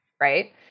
Right